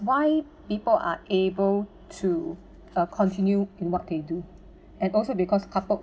why people are able to uh continue in what they do and also because coupled